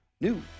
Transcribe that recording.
New